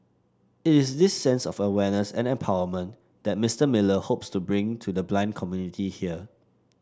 it is this sense of awareness and empowerment that Mister Miller hopes to bring to the blind community here